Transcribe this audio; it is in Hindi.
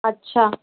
अच्छा